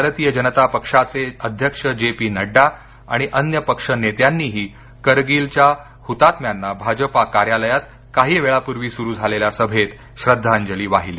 भारतीय जनता पक्षाचे अध्यक्ष जे पी नड्डा आणि अन्य पक्ष नेत्यानीही करगिलच्या हुतात्म्यांना भाजपा कार्यालयात काही वेळापूर्वी सुरू झालेल्या सभेत श्रद्धांजली वाहिली